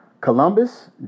Columbus